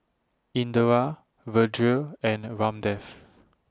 Indira Vedre and Ramdev